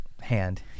hand